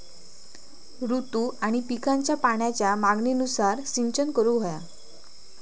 ऋतू आणि पिकांच्या पाण्याच्या मागणीनुसार सिंचन करूक व्हया